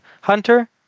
hunter